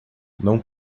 não